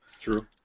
True